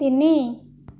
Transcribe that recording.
ତିନି